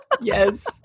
Yes